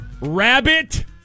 Rabbit